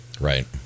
Right